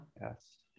yes